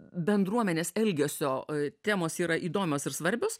bendruomenės elgesio temos yra įdomios ir svarbios